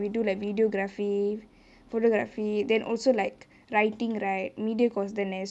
we do like videography photography then also like writing right media course தானே:thaanae